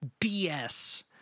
BS